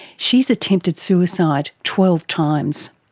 she has attempted suicide twelve times.